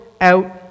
out